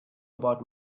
about